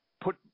put